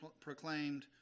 proclaimed